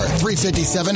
357